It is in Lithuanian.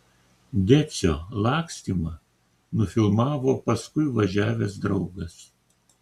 decio lakstymą nufilmavo paskui važiavęs draugas